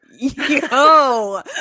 yo